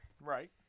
Right